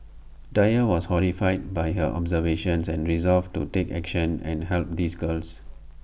dyer was horrified by her observations and resolved to take action and help these girls